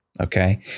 okay